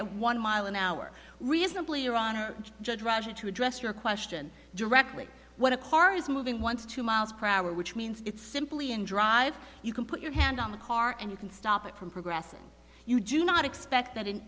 at one mile an hour reasonably iran are just rushing to dress your question directly what a car is moving one to two miles per hour which means it's simply and drive you can put your hand on the car and you can stop it from progressing you do not expect that an